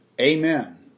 Amen